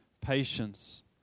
patience